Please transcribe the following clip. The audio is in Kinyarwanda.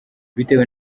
bitewe